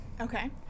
okay